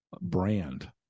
brand